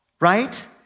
right